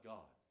God